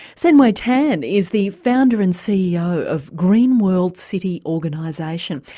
sein-way tan is the founder and ceo of green world city organisation,